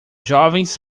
jovens